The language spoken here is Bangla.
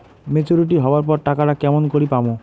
মেচুরিটি হবার পর টাকাটা কেমন করি পামু?